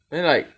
then like